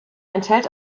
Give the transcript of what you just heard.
enthält